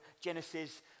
Genesis